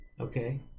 Okay